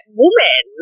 woman